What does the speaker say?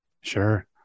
Sure